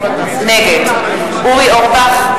נגד אורי אורבך,